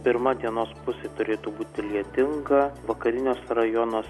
pirma dienos pusė turėtų būti lietinga vakariniuose rajonuos